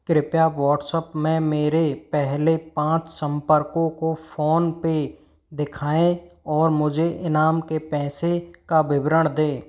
कृप्या व्हाट्सऐप में मेरे पहले पाँच संपर्कों को फ़ोन पे दिखाएँ और मुझे इनाम के पैसे का विवरण दें